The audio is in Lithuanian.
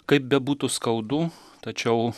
kaip bebūtų skaudu tačiau